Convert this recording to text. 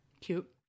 Cute